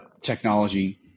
technology